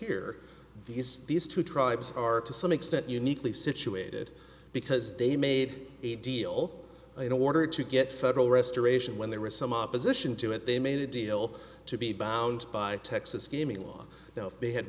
here these these two tribes are to some extent uniquely situated because they made a deal you know order to get federal restoration when there was some opposition to it they made a deal to be bound by texas gaming law they had